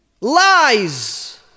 Lies